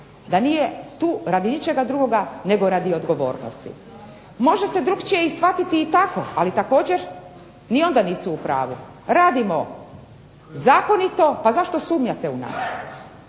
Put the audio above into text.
da nije tu radi ničega drugoga nego radi odgovornosti. Može se drukčije i shvatiti i tako ali također ni onda nisu u pravu. Radimo zakonito, pa zašto sumnjate u nas.